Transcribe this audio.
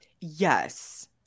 Yes